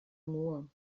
moore